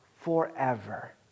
Forever